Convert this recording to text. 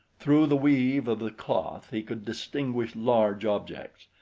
through the weave of the cloth he could distinguish large objects.